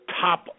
top